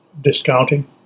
discounting